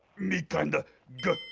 me kinda ga,